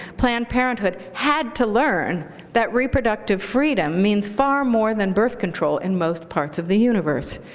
planned parenthood had to learn that reproductive freedom means far more than birth control in most parts of the universe.